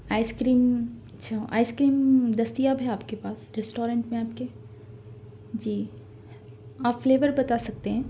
ice cream اچھا ice cream دستیاب ہے آپ کے پاس ریسٹورینٹ میں آپ کے جی آپ فلیور بتا سکتے ہیں